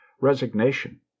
resignation